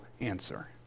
answer